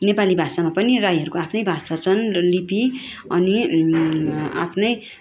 नेपाली भाषामा पनि राईहरूको आफ्नै भाषा छन् र लिपी अनि आफ्नै